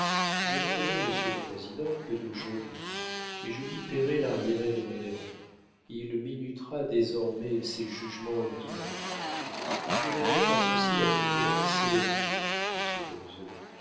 je ne connais monsieur le président que d'aujourd'hui mais je lui payerai l'arriéré de mon erreur il minutera désormais ses jugements lui-même vous devez mettre à ceci la plus grande célérité